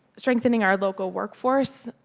strengthening our local work force,